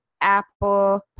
Apple